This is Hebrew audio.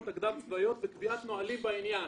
הקדם צבאיות וקביעת נהלים בעניין".